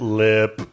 lip